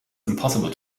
impossible